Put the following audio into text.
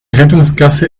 rettungsgasse